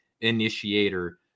initiator